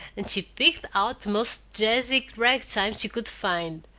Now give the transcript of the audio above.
and she picked out the most jazzy rag-time she could find,